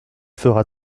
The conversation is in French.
fera